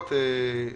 רוצה